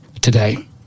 today